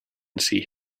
see